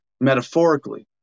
metaphorically